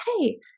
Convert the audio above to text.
Hey